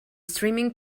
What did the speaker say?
streaming